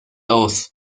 aus